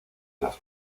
las